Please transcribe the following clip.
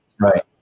Right